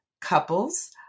couples